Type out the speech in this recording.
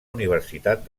universitat